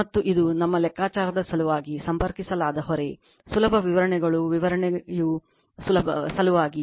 ಮತ್ತು ಇದು ನಮ್ಮ ಲೆಕ್ಕಾಚಾರದ ಸಲುವಾಗಿ ಸಂಪರ್ಕಿಸಲಾದ ಹೊರೆ ಸುಲಭ ವಿವರಣೆಗಳು ವಿವರಣೆಯ ಸಲುವಾಗಿ